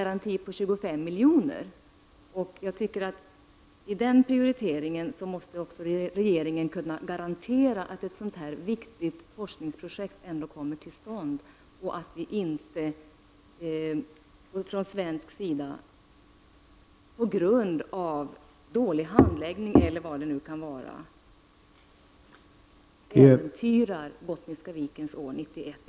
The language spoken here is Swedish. Mot bakgrund av den prioriteringen måste, tycker jag, regeringen också kunna garantera att ett sådant här viktigt forskningsprojekt kommer till stånd och att vi från svenska sida inte, på grund av dålig handläggning eller vad det nu kan vara, äventyrar Bottniska Viken-året 1991.